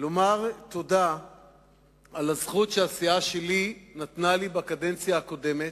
לומר תודה על הזכות שהסיעה שלי נתנה לי בקדנציה הקודמת,